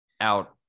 out